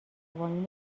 قوانین